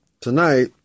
tonight